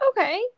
Okay